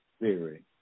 theory